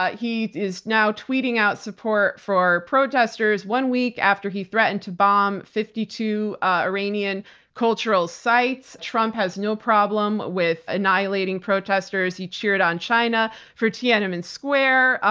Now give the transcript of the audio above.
he is now tweeting out support for protesters one week after he threatened to bomb fifty two ah iranian cultural sites. trump has no problem with annihilating protesters. he cheered on china for tiananmen square,